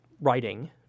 writing